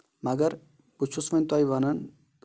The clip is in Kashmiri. مَگر بہٕ چھُس وۄنۍ تۄہہِ وَنان